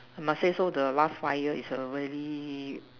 must say so the last fire is really